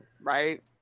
Right